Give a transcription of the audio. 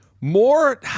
More –